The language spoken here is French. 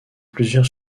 plusieurs